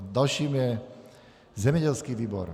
Dalším je zemědělský výbor.